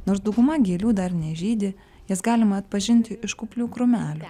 nors dauguma gėlių dar nežydi jas galima atpažinti iš kuklių krūmelių